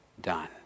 done